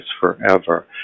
forever